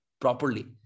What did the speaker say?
properly